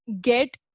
get